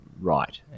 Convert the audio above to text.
right